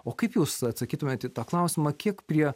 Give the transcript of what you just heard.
o kaip jūs atsakytumėt į tą klausimą kiek prie